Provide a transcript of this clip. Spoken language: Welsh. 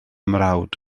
mrawd